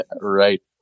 right